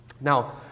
Now